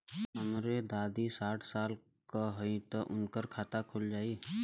हमरे दादी साढ़ साल क हइ त उनकर खाता खुल जाई?